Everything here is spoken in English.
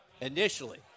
initially